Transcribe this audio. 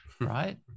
right